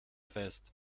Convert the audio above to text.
fest